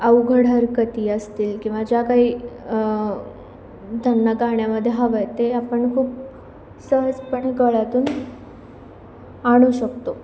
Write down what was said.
अवघड हरकती असतील किंवा ज्या काही त्यांना गाण्यामध्ये हवं आहे ते आपण खूप सहजपणे गळ्यातून आणू शकतो